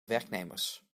werknemers